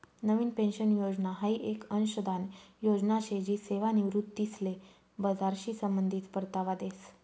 नवीन pension योजना हाई येक अंशदान योजना शे जी सेवानिवृत्तीसले बजारशी संबंधित परतावा देस